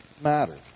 matter